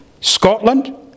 Scotland